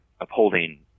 upholding